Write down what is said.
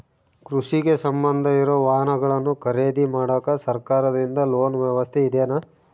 ಕೃಷಿಗೆ ಸಂಬಂಧ ಇರೊ ವಾಹನಗಳನ್ನು ಖರೇದಿ ಮಾಡಾಕ ಸರಕಾರದಿಂದ ಲೋನ್ ವ್ಯವಸ್ಥೆ ಇದೆನಾ?